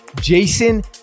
Jason